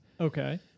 Okay